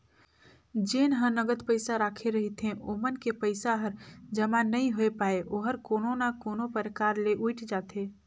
जेन ह नगद पइसा राखे रहिथे ओमन के पइसा हर जमा नइ होए पाये ओहर कोनो ना कोनो परकार ले उइठ जाथे